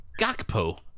Gakpo